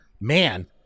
man